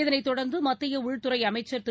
இதனைத் தொடர்ந்து மத்திய உள்துறை அமைச்சர் திரு